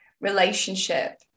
relationship